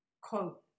quote